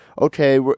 okay